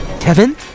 Kevin